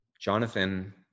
Jonathan